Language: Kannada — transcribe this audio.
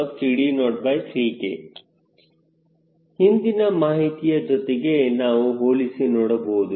CLCD03K ಹಿಂದಿನ ಮಾಹಿತಿಯ ಜೊತೆಗೆ ನೀವು ಹೋಲಿಸಿ ನೋಡಬಹುದು